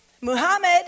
Muhammad